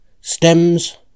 stems